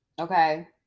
Okay